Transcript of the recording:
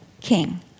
king